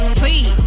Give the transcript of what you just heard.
please